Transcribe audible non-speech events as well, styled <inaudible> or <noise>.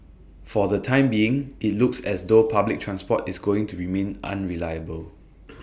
<noise> for the time being IT looks as though public transport is going to remain unreliable